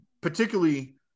particularly